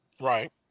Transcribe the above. Right